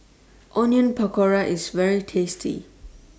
Onion Pakora IS very tasty